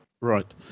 right